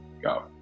go